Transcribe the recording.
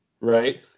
Right